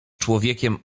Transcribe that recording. człowiekiem